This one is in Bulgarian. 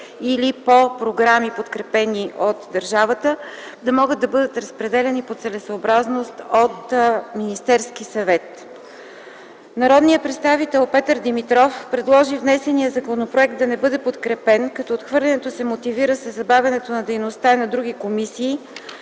или по програми, подкрепени от държавата, да могат да бъдат разпределяни по целесъобразност от Министерския съвет. Народният представител Петър Димитров предложи внесеният законопроект да не бъде подкрепен, като отхвърлянето се мотивира със забавянето на дейността на други комисии,